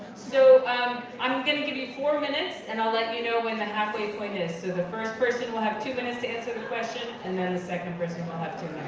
so i'm gonna give you four minutes and i'll let you know when the halfway point is. so the first person will have two minutes to answer the question and then the second person will have two